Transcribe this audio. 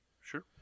Sure